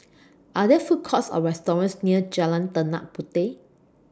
Are There Food Courts Or restaurants near Jalan Tanah Puteh